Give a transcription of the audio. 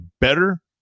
better